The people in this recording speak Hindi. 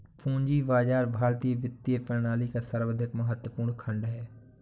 पूंजी बाजार भारतीय वित्तीय प्रणाली का सर्वाधिक महत्वपूर्ण खण्ड है